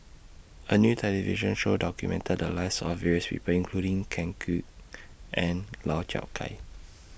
A New television Show documented The Lives of various People including Ken Kwek and Lau Chiap Khai